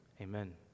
Amen